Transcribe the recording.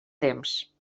temps